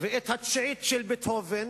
ואת התשיעית של בטהובן